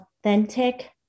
authentic